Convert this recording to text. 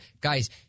Guys